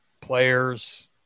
players